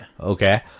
okay